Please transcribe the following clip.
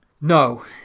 No